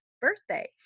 birthday